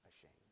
ashamed